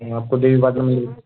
آپ کو دیوی پاٹن مندر